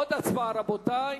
עוד הצבעה, רבותי.